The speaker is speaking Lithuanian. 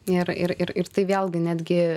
ir ir ir ir tai vėlgi netgi